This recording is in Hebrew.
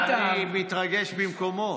אני מתרגש במקומו.